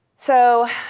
so